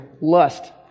lust